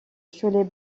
cholet